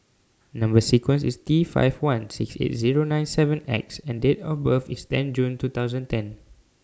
Number sequence IS T five one six eight Zero nine seven X and Date of birth IS ten June two thousand ten